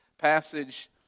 passage